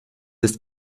ist